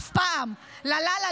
אף פעם / לה לה לה,